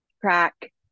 track